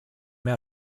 noch